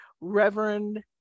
Reverend